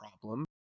problem